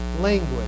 language